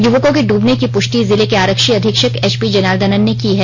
युवकों के डूबने की पुष्टि जिले के आरक्षी अधीक्षक एचपी जनार्दनन ने की है